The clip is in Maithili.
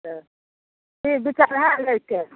हँ की विचार हए लै कए